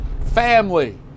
family